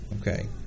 Okay